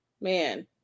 Man